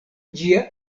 ĝia